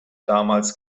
damals